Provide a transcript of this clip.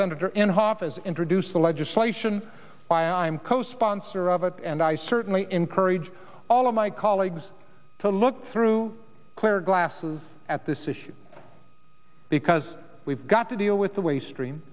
has introduced the legislation why i'm co sponsor of it and i certainly encourage all of my colleagues to look through clear glasses at this issue because we've got to deal with the waste stream